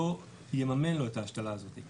לא יממן לא את ההשתלה הזאת.